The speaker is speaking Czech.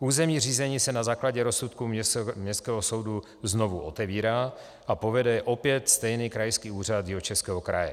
Územní řízení se na základě rozsudku Městského soudu znovu otevírá a povede je opět stejný Krajský úřad Jihočeského kraje.